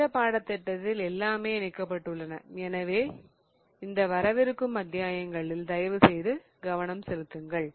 இந்த பாடத்திட்டத்தில் எல்லாமே இணைக்கப்பட்டுள்ளன எனவே இந்த வரவிருக்கும் அத்தியாயங்களில் தயவுசெய்து கவனம் செலுத்துங்கள்